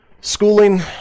Schooling